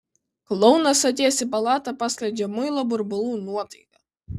klounas atėjęs į palatą paskleidžia muilo burbulų nuotaiką